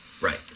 Right